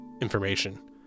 information